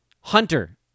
Hunter